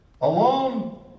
alone